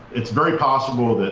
it's very possible.